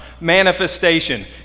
Manifestation